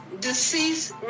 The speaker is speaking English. deceased